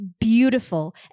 beautiful